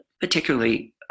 particularly